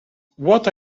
what